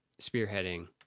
spearheading